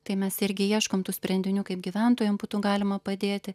tai mes irgi ieškom tų sprendinių kaip gyventojam būtų galima padėti